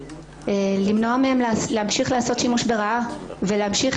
למנוע מהם להמשיך לעשות שימוש לרעה ולהמשיך